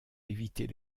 éviter